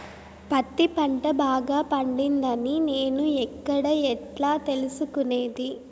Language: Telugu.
పత్తి పంట బాగా పండిందని నేను ఎక్కడ, ఎట్లా తెలుసుకునేది?